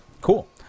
Cool